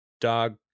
dog